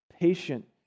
Patient